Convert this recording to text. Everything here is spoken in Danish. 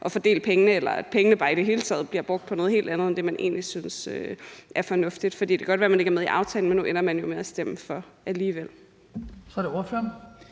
at fordele pengene, eller at pengene bare i det hele taget bliver brugt på noget helt andet end det, man egentlig synes er fornuftigt? For det kan godt være, at man ikke er med i aftalen, men nu ender man jo med at stemme for alligevel.